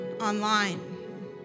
online